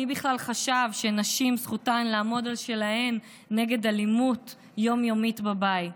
מי בכלל חשב שזכותן של נשים לעמוד על שלהן נגד אלימות יום-יומית בבית.